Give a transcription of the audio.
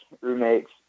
roommates